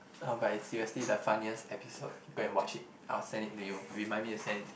no but is seriously the funniest episode go and watch it I'll send it to you remind me to send it to